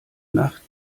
nacht